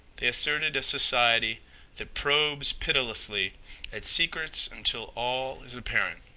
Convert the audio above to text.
they asserted a society that probes pitilessly at secrets until all is apparent.